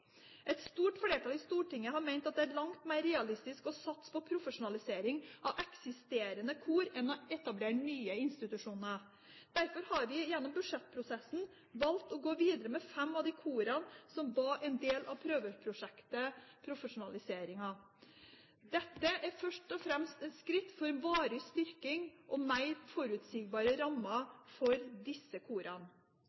Et stort flertall i Stortinget har ment det er langt mer realistisk å satse på profesjonalisering av eksisterende kor enn å etablere nye institusjoner. Derfor har vi gjennom budsjettprosessen valgt å gå videre med fem av de korene som var en del av prøveprosjektet for profesjonalisering. Dette er et første skritt mot en varig styrking av og mer forutsigbare rammer